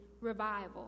revival